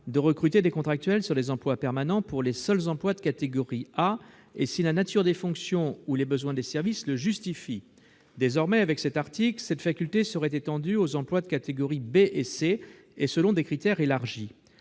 de recruter des contractuels sur des postes permanents pour les seuls emplois de catégorie A et si la nature des fonctions ou les besoins des services le justifient. Par cet article, cette faculté serait étendue aux emplois de catégories B et C, selon des critères élargis.